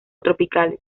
tropicales